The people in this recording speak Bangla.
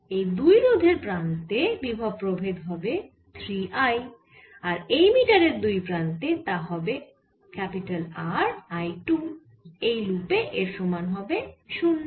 এই রোধের দুই প্রান্তে বিভবপ্রভেদ হবে 3 I আর এই মিটারের দুই প্রান্তে তা হবে R I 2 এই লুপে এর সমান হবে 0